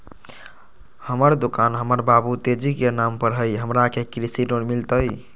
हमर दुकान हमर बाबु तेजी के नाम पर हई, हमरा के कृषि लोन मिलतई?